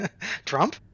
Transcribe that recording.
Trump